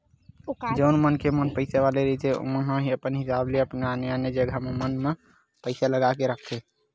जउन मनखे मन पइसा वाले रहिथे ओमन ह अपन हिसाब ले आने आने जगा मन म पइसा लगा के रखथे